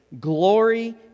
glory